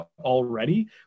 already